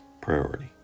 priority